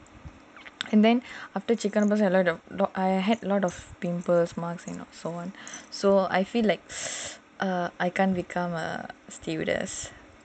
and then after chicken because I had a lot I had a lot of pimples and all so I feel like I cannot become a stewardess